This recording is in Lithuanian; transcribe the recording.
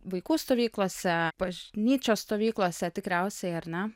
vaikų stovyklose bažnyčios stovyklose tikriausiai ar ne